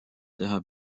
teha